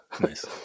Nice